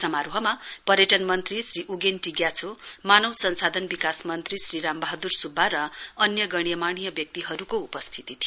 समारोहमा पर्यटन मन्त्री श्री उगेन टी ग्याछो मानव संसाधन विकास मन्त्री श्री राम वहादुर सुब्बा र अन्य गण्यमान्य व्यक्तिहरुको उपस्थिती थियो